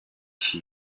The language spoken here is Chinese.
十字花科